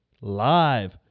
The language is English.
live